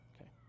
Okay